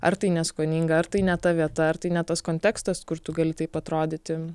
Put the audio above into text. ar tai neskoninga ar tai ne ta vieta ar tai ne tas kontekstas kur tu gali taip atrodyti